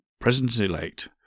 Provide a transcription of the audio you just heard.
President-elect